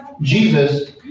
Jesus